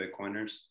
Bitcoiners